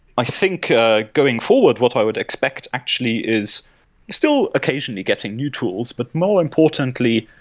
i think ah going forward, what i would expect actually is still occasionally getting new tools, but more importantly